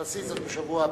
תעשי זאת בשבוע הבא.